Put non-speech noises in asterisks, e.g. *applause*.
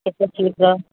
କେତେ *unintelligible*